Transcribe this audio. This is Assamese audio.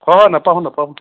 হয় হয় নেপাহৰোঁ নেপাহৰোঁ